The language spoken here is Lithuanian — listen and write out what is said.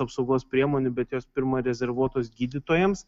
apsaugos priemonių bet jos pirma rezervuotos gydytojams